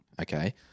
okay